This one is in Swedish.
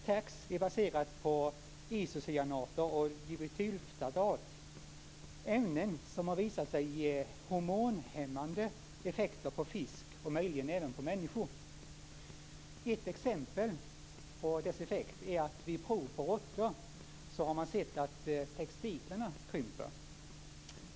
TACSS är baserad på isocyanater och dibutylftalat, ämnen som har visat sig ge hormonhämmande effekter på fisk och möjligen även på människor. Ett exempel på dess effekt är att vid prov på råttor har man sett att testiklarna krymper.